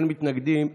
אין מתנגדים,